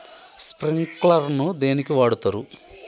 Sprinkler ను దేనికి వాడుతరు?